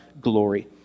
glory